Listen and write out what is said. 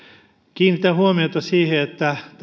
kiinnitän huomiota siihen että